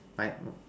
my